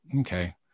Okay